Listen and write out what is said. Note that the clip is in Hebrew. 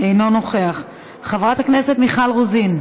אינו נוכח, חברת הכנסת מיכל רוזין,